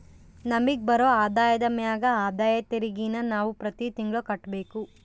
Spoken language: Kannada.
ನಮಿಗ್ ಬರೋ ಆದಾಯದ ಮ್ಯಾಗ ಆದಾಯ ತೆರಿಗೆನ ನಾವು ಪ್ರತಿ ತಿಂಗ್ಳು ಕಟ್ಬಕು